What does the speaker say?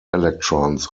electrons